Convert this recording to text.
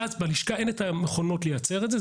ואז בלשכה אין את המכונות לייצר את זה,